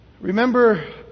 Remember